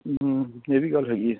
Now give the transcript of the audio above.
ਹਮ ਹਾਂ ਇਹ ਵੀ ਗੱਲ ਹੈਗੀ ਆ